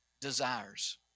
desires